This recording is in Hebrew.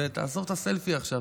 תעזוב את הסלפי עכשיו.